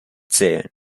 zählen